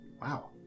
Wow